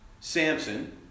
Samson